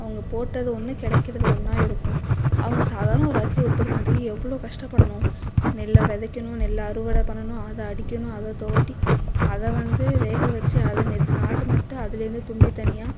அவங்க போட்டது ஒன்று கிடைக்கிறது ஒன்னாக இருக்கும் அவங்க சாதாரண ஒரு அரிசியை உற்பத்தி பண்ணுறதுக்கு எவ்வளோ கஷ்டப்படணும் நெல்லை விதைக்கணும் நெல்லை அறுவடை பண்ணணும் அதை அடிக்கணும் அதை தொவட்டி அதை வந்து வேக வைச்சி அதை நாற்று நட்டு அதுலேருந்து தும்பி தனியாக